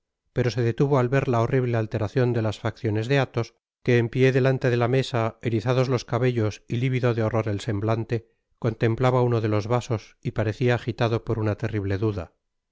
pero se detuvo al ver la horrible alteracion de las facciones de athos que en pié delante de la mesa erizados los cabellos y livido de horror el semblante contemplaba uno de los vasos y parecia agitado por una terrible duda